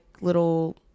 little